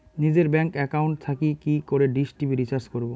নিজের bank account থেকে কি করে ডিশ টি.ভি রিচার্জ করবো?